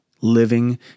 living